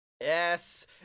Yes